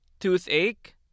toothache